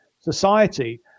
society